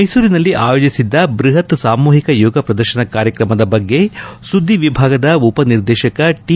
ಮೈಸೂರಿನಲ್ಲಿ ಆಯೋಜಿಸಿದ್ದ ಬೃಹತ್ ಸಾಮೂಹಿಕ ಯೋಗ ಪ್ರದರ್ಶನ ಕಾರ್ಯಕ್ರಮದ ಬಗ್ಗೆ ಸುದ್ದಿ ವಿಭಾಗದ ಉಪನಿರ್ದೇಸಕ ಟಿ